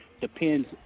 depends